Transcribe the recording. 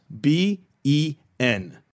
B-E-N